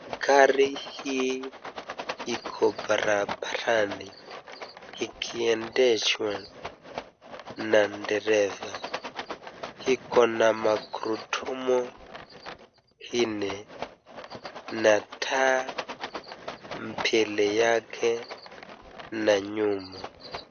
Gari hii iko barabarani ikiedeshwa na dereva, ikona magurudumu nne na taa mbele yake na nyuma.